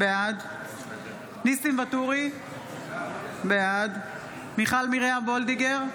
בעד ניסים ואטורי, בעד מיכל מרים וולדיגר,